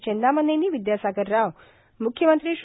चेन्नामनेनी विद्यासागरराव म्ख्यमंत्री श्री